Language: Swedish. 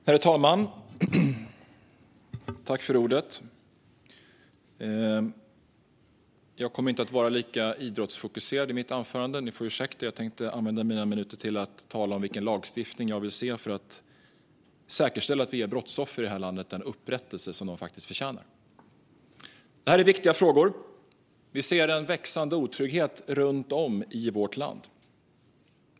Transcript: Herr talman! Jag kommer inte att vara lika idrottsfokuserad i mitt anförande. Ni får ursäkta mig, men jag tänkte använda mina minuter till att tala om vilken lagstiftning som jag vill se för att säkerställa att vi ger brottsoffer i detta land den upprättelse som de faktiskt förtjänar. Detta är viktiga frågor. Vi ser en växande otrygghet runt om i vårt land.